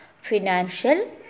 financial